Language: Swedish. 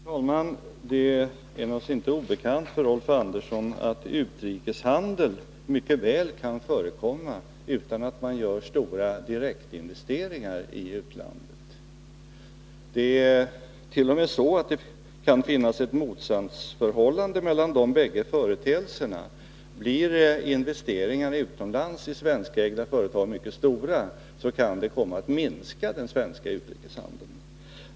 Herr talman! Det är naturligtvis inte obekant för Rolf Andersson att utrikeshandel mycket väl kan förekomma utan att man gör stora direktinvesteringar i utlandet. Det är t.o.m. så att det kan finnas ett motsatsförhållande mellan de bägge företeelserna. Blir investeringarna utomlands i svenskägda företag mycket stora, så kan det komma att minska den svenska utrikeshandeln.